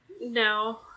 No